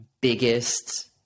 biggest